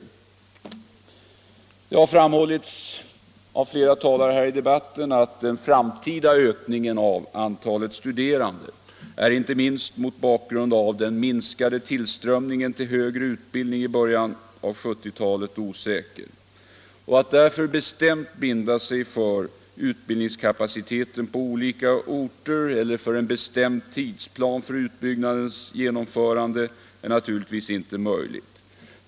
Flera talare i denna debatt har framhållit att den framtida ökningen av antalet studerande är osäker, inte minst mot bakgrund av den minskande tillströmningen till högre utbildning i början av 1970-talet. Att därför bestämt binda sig för utbildningskapaciteten på olika orter eller för en bestämd tidsplan för utbyggnadens genomförande är inte möjligt.